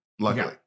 luckily